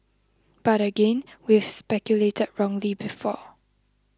but again we've speculated wrongly before